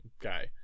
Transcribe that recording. guy